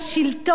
זה מה שזה,